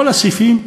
כל הסעיפים.